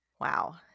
Wow